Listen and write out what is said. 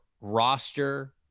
roster